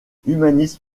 humaniste